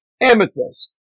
amethyst